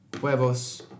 huevos